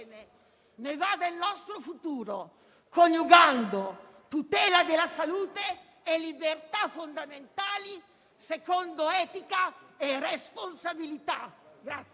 ne va del nostro futuro -, coniugando tutela della salute e libertà fondamentali secondo etica e responsabilità.